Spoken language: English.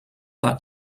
that